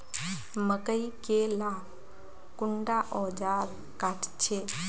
मकई के ला कुंडा ओजार काट छै?